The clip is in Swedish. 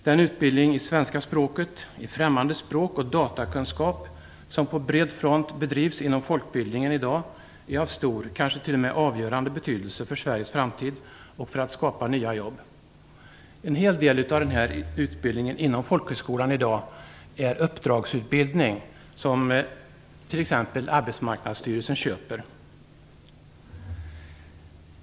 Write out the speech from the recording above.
Den utbildning i svenska språket, främmande språk och datakunskap som på bred front bedrivs inom folkbildningen är av stor och kanske t.o.m. avgörande betydelse för Sveriges framtid och för att skapa nya jobb. En hel del av den här utbildningen inom folkhögskolan är i dag uppdragsutbildning, som t.ex. Arbetsmarknadsstyrelsen köper.